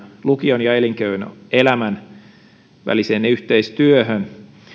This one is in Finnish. lukion ja elinkeinoelämän väliseen yhteistyöhön